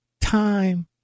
time